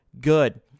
good